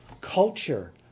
Culture